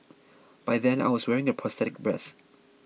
by then I was wearing a prosthetic breast